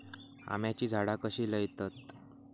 आम्याची झाडा कशी लयतत?